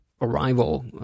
arrival